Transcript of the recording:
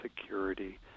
security